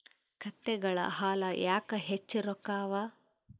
ಕತ್ತೆಗಳ ಹಾಲ ಯಾಕ ಹೆಚ್ಚ ರೊಕ್ಕ ಅವಾ?